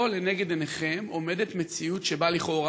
פה, לנגד עיניכם, עומדת מציאות שבה לכאורה